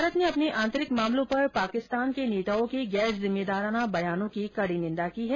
भारत ने अपने आंतरिक मामलों पर पाकिस्तान के नेताओं के गैर जिम्मेदराना बयानों की कड़ी निंदा की है